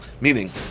Meaning